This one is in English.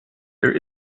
there